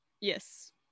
Yes